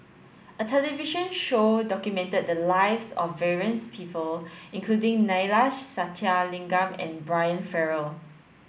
a television show documented the lives of various people including Neila Sathyalingam and Brian Farrell